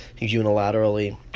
unilaterally